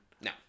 No